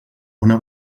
una